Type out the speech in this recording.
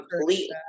completely